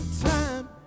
time